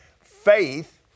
faith